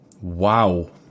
Wow